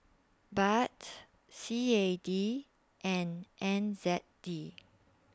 Baht C A D and N Z D